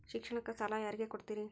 ಶಿಕ್ಷಣಕ್ಕ ಸಾಲ ಯಾರಿಗೆ ಕೊಡ್ತೇರಿ?